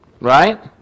Right